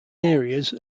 areas